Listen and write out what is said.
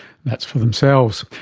that's for themselves.